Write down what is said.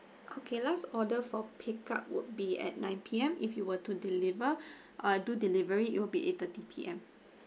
okay last order for pickup would be at nine P_M if you were to deliver uh do delivery it will be eight thirty P_M